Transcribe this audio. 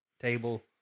table